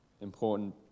important